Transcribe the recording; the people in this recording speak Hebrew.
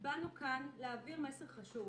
באנו כאן להעביר מסר חשוב